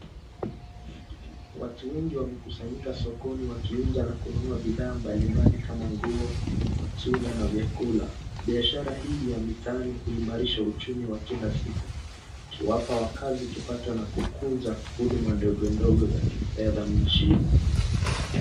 Watu wengi wamekusanyika sokoni wakiuza na kununua bidhaa mbalimbali kama nguo, matunda na vyakula. Biashara hii ya mitaani huimarisha uchumi wa kila siku, ikiwapa wakazi kipato na kukuza huduma ndogondogo za kifedha mjini.